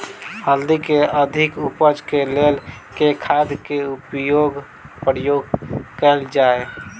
हल्दी केँ अधिक उपज केँ लेल केँ खाद केँ प्रयोग कैल जाय?